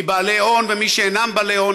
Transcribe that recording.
מבעלי הון וממי שאינם בעלי הון,